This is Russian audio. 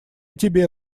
тебе